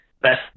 best